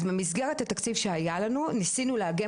אז במסגרת התקציב שהיה לנו ניסינו לארגן